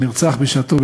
שנרצח בשעתו,